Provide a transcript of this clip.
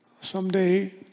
Someday